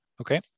Okay